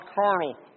carnal